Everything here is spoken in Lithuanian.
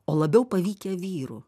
o labiau pavykę vyrų